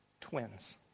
twins